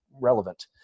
relevant